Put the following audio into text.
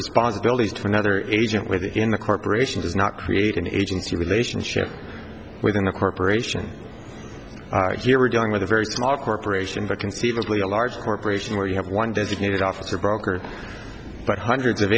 responsibilities to another agent within the corporation does not create an agency relationship within the corporation we're dealing with a very small corporation but conceivably a large corporation where you have one designated officer broker but hundreds of